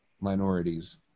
minorities